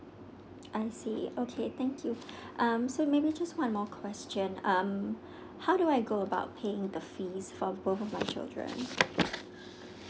I see okay thank you um so maybe just one more question um how do I go about paying the fees for both of my children